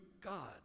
God